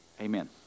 Amen